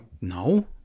No